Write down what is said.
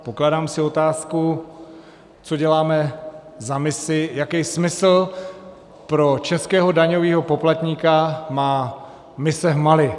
Pokládám si otázku, co děláme za misi, jaký smysl pro českého daňového poplatníka má mise v Mali.